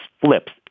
flips